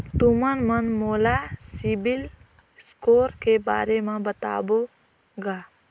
तुमन मन मोला सीबिल स्कोर के बारे म बताबो का?